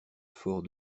fort